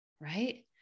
right